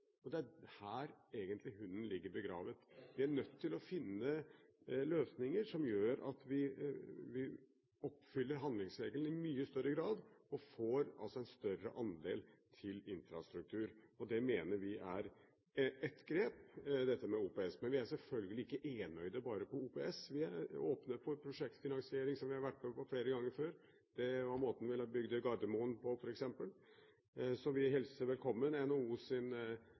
Ja, det er her hunden egentlig ligger begravet. Vi er nødt til å finne løsninger som gjør at vi oppfyller handlingsregelen i mye større grad og får en større andel til infrastruktur. Dette med OPS mener vi er ett grep. Men vi er selvfølgelig ikke enøyde bare på OPS. Vi er åpne for prosjektfinansiering, som vi har vært med på flere ganger før – det var måten vi bygde Gardermoen på f.eks. Så vi hilser velkommen